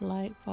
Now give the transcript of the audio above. Light